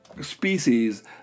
species